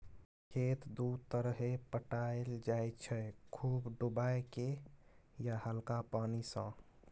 खेत दु तरहे पटाएल जाइ छै खुब डुबाए केँ या हल्का पानि सँ